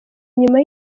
nyuma